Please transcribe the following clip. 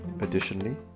Additionally